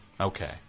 Okay